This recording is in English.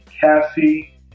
Cassie